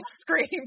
screamed